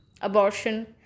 abortion